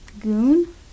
Goon